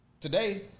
today